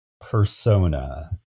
Persona